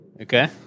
okay